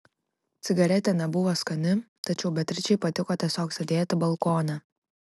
cigaretė nebuvo skani tačiau beatričei patiko tiesiog sėdėti balkone